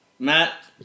Matt